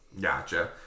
Gotcha